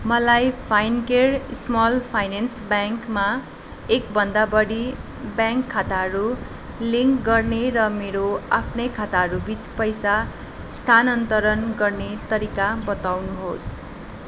मलाई Fincare small finance ब्याङ्कमा एकभन्दा बढी ब्याङ्क खाताहरू लिङ्क गर्ने र मेरो आफ्नै खाताहरू बिच पैसा स्थानान्तरण गर्ने तरिका बताउनुहोस्